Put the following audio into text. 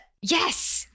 yes